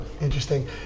interesting